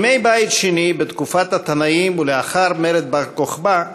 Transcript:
בימי בית שני, בתקופת התנאים ולאחר מרד בר-כוכבא,